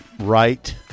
Right